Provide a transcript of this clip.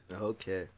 Okay